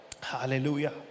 hallelujah